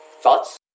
Thoughts